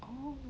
oh